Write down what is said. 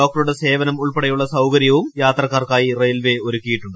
ഡോക്ടറുടെ സേവനം ഉൾപ്പെടെയുള്ള സൌകര്യവും യാത്രികർക്കായി റെയിൽവെ ഒരുക്കിയിട്ടുണ്ട്